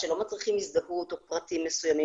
שלא מצריכים הזדהות או פרטים מסוימים.